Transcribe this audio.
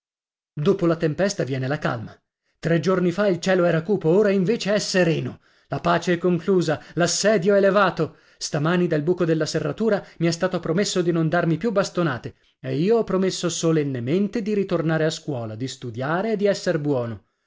dopo la tempesta viene la calma tre giorni fa il cielo era cupo ora invece è sereno la pace è conclusa l'assedio è levato stamani dal buco della serratura mi è stato promesso di non darmi più bastonate e io ho promesso solennemente di ritornare a scuola di studiare e di esser buono